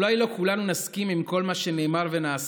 אולי לא כולנו נסכים עם כל מה שנאמר ונעשה